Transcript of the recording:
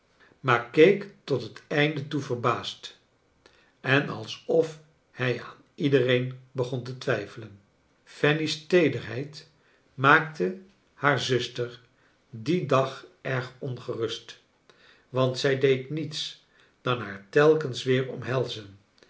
maar keek tot het einde toe verbaasd en als of hij aan iedereen begon te twijfelen fanny's teederheid maakte haar zuster dien dag erg ongerust want zij deed niets dan haar telkens weer omhelzen